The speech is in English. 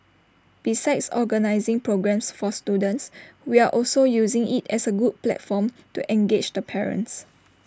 besides organising programmes for students we are also using IT as A good platform to engage the parents